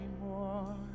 anymore